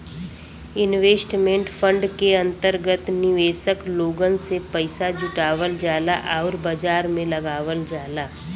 investment fund के अंतर्गत निवेशक लोगन से पइसा जुटावल जाला आउर बाजार में लगावल जाला